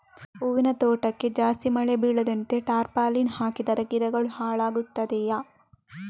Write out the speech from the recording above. ಹೂವಿನ ತೋಟಕ್ಕೆ ಜಾಸ್ತಿ ಮಳೆ ಬೀಳದಂತೆ ಟಾರ್ಪಾಲಿನ್ ಹಾಕಿದರೆ ಗಿಡಗಳು ಹಾಳಾಗುತ್ತದೆಯಾ?